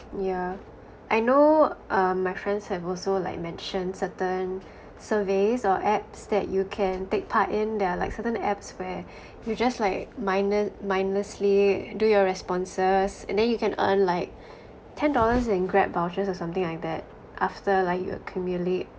yeah I know um my friends have also like mention certain surveys or apps that you can take part in there are like certain apps where you just like mindle~ mindlessly do your responses and then you can earn like ten dollars and grab vouchers or something like that after like you accumulate